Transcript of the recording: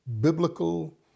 biblical